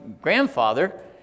grandfather